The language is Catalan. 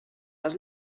les